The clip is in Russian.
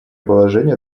положение